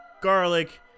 garlic